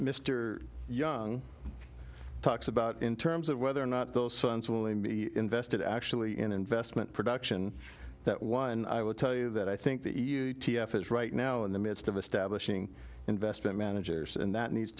mr young talks about in terms of whether or not those funds will be invested actually in investment production that one i would tell you that i think the e t f is right now in the midst of a stablish ing investment managers and that needs